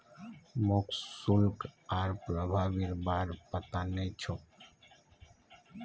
मोक शुल्क आर प्रभावीर बार पता नइ छोक